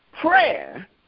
prayer